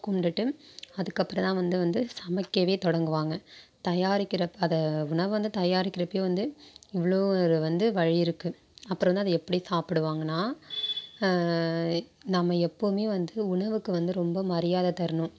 கும்பிட்டுட்டு அதுக்கப்புறம் தான் வந்து வந்து சமைக்கவே தொடங்குவாங்க தயாரிக்கிறப்போ அதை உணவை வந்து தயாரிக்கிறப்பையே வந்து இவ்வளோ ஒரு வந்து வழி இருக்குது அப்புறம் தான் அதை எப்படி சாப்பிடுவாங்கன்னா நம்ம எப்போதுமே வந்து உணவுக்கு வந்து ரொம்ப மரியாதை தரணும்